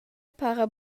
para